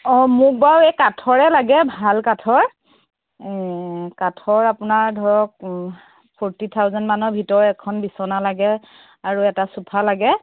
অঁ মোক বাৰু এই কাঠৰে লাগে ভাল কাঠৰ কাঠৰ আপোনাৰ ধৰক ফৰ'টি থাউজেণ্ডমানৰ ভিতৰৰ এখন বিছনা লাগে আৰু এটা চোফা লাগে